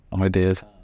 ideas